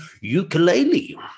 ukulele